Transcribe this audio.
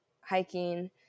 hiking